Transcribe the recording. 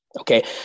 Okay